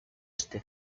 este